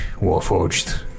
warforged